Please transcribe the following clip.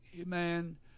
Amen